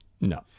No